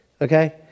Okay